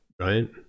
right